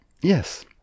Yes